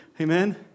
Amen